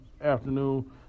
afternoon